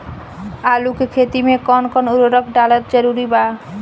आलू के खेती मे कौन कौन उर्वरक डालल जरूरी बा?